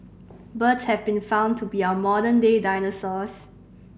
birds have been found to be our modern day dinosaurs